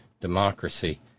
democracy